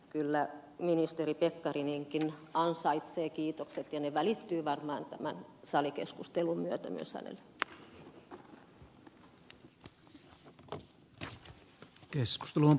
kyllä ministeri pekkarinenkin ansaitsee kiitokset ja ne välittyvät varmaan tämän salikeskustelun myötä myös hänelle